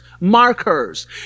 markers